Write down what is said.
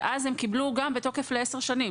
קיבלו תעודה בתוקף ל-10 שנים.